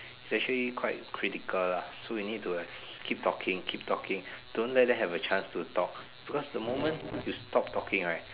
especially quite critical lah so you need to like keep talking keep talking don't let them have a chance to talk because the moment you stop talking right